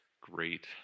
great